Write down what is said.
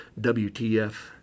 WTF